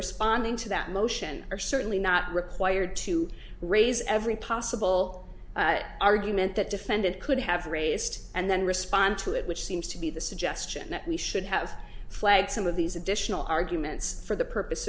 responding to that motion are certainly not required to raise every possible argument that defendant could have raised and then respond to it which seems to be the suggestion that we should have flagged some of these additional arguments for the purpose